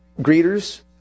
greeters